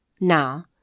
Now